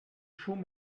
schon